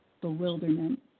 bewilderment